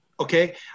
Okay